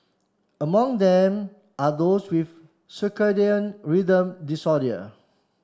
among them are those with circadian rhythm disorders